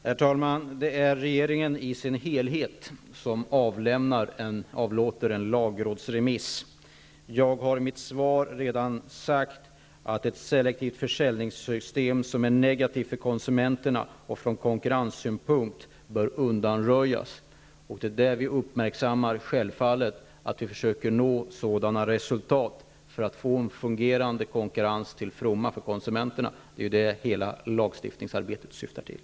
Herr talman! Det är hela regeringen som lägger fram en lagrådsremiss. Jag har i mitt svar redan sagt att ett selektivt försäljningssystem som är från konkurrenssynpunkt negativt för konsumenterna bör undanröjas. Vi försöker självfallet uppnå sådana resultat att konkurrensen blir till fromma för konsumenterna. Det är vad hela lagstiftningsarbetet syftar till.